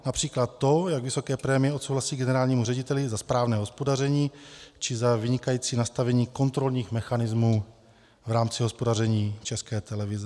Například to, jak vysoké prémie odsouhlasí generálnímu řediteli za správné hospodaření či za vynikající nastavení kontrolních mechanismů v rámci hospodaření České televize.